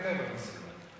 מה הם עשו לו?